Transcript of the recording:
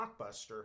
Blockbuster